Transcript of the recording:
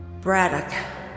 Braddock